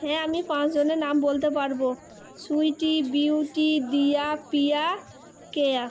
হ্যাঁ আমি পাঁচজনের নাম বলতে পারবো সুইটি বিউটি দিয়া পিয়া কেয়া